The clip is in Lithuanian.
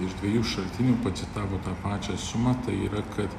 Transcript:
iš dviejų šaltinių pacitavo tą pačią sumą tai yra kad